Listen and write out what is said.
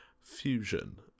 Fusion